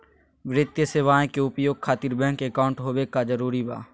वित्तीय सेवाएं के उपयोग खातिर बैंक अकाउंट होबे का जरूरी बा?